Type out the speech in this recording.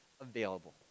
available